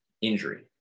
injury